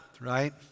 right